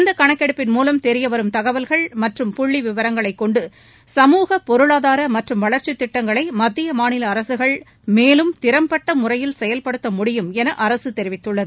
இந்த கணக்கெடுப்பின் மூலம் தெரிய வரும் தகவல்கள் மற்றும் புள்ளி விவரங்களைக்கொண்டு சமூகப் பொருளாதார மற்றும் வளர்ச்சித் திட்டங்களை மத்திய மாநில அரசுகள் மேலும்திறம்பட்ட முறையில் செயல்படுத்த முடியும் என அரசு தெரிவித்துள்ளது